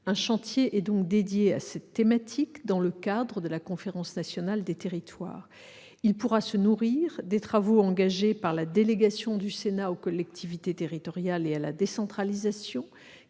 Un chantier est consacré à cette thématique dans le cadre de la Conférence nationale des territoires. Il pourra se nourrir des travaux engagés par la délégation aux collectivités territoriales et à la décentralisation